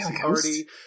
party